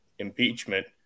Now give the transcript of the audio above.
impeachment